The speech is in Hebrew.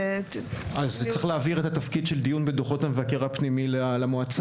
אז צריך להעביר את התפקיד של דיון בדוחות מבקר הפנימי למועצה.